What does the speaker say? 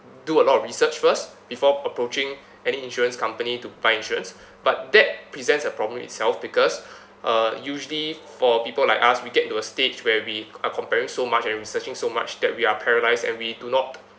do a lot of research first before approaching any insurance company to buy insurance but that presents a problem itself because uh usually for people like us we get to a stage where we are comparing so much and we researching so much that we are paralysed and we do not